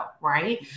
right